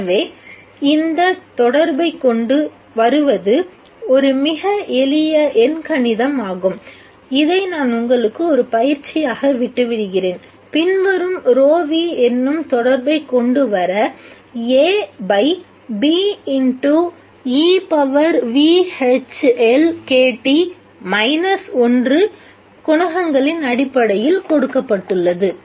எனவே இந்த தொடர்பைக் கொண்டு வருவது ஒரு மிக எளிய எண்கணிதம் ஆகும் இதை நான் உங்களுக்கு ஒரு பயிற்சியாக விட்டுவிடுகிறேன் பின்வரும் ρν என்னும் தொடர்பைக் கொண்டு வர குணகங்களின் அடிப்படையில் கொடுக்கப்பட்டுள்ளது